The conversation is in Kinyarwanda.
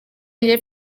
njyewe